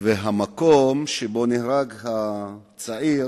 והמקום שבו נהרג הצעיר